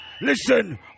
Listen